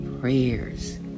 prayers